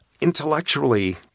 Intellectually